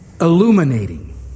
illuminating